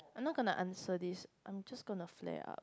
I'm not gonna answer this I'm just gonna flare up